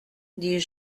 dis